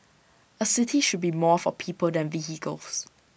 A city should be more for people than vehicles